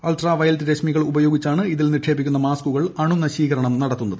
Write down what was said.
ultraviolet രശ്മികൾ ഉപയോഗിച്ചാണ് ഇതിൽ നിക്ഷേപിക്കുന്ന മാസ്കുകൾ അണുനശീകരണം നടത്തുന്നത്